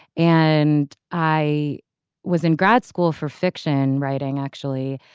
and i was in grad school for fiction writing actually.